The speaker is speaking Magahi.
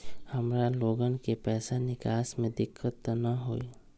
हमार लोगन के पैसा निकास में दिक्कत त न होई?